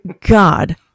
God